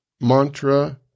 mantra